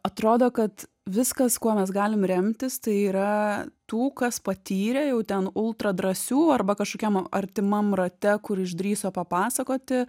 atrodo kad viskas kuo mes galim remtis tai yra tų kas patyrė jau ten ultra drąsių arba kažkokiam artimam rate kur išdrįso papasakoti